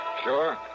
Sure